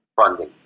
funding